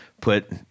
put